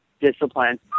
discipline